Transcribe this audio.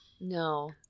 No